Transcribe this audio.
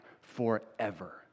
forever